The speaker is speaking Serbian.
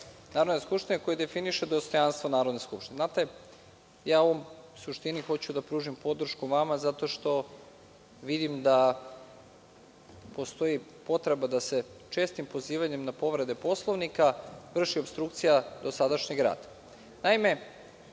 Narodne skupštine, koji definiše dostojanstvo Narodne skupštine. Ja u suštini hoću da pružim podršku vama, zato što vidim da postoji potreba da se čestim pozivanjem na povrede Poslovnika vrši opstrukcija dosadašnjeg